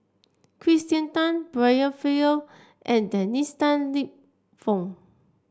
Kirsten Tan Brian Farrell and Dennis Tan Lip Fong